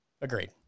Agreed